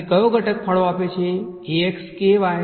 અને કયો ઘટક ફાળો આપે છે અથવા